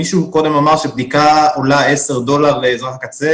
מישהו קודם אמר שבדיקה עולה 10 דולר לאזרח בקצה